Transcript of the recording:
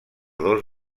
dos